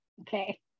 Okay